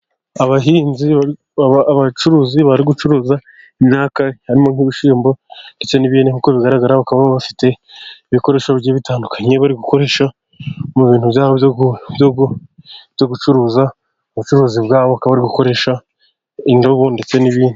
Abahinzi ,abacuruzi bari gucuruza imyaka harimo nk'ibishimbo, ndetse n'ibindi nkuko bigaragara, aba bakaba bafite ibikoresho bitandukanye bari gukoresha mu bintu byabo byo gucuruza, ubucuruzi bwabo bakaba bari gukoresha indobo ndetse n'ibindi.